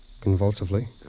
convulsively